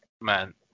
man